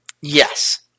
Yes